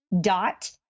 dot